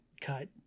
Cut